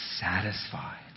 satisfied